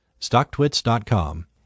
stocktwits.com